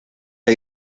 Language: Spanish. hay